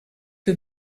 que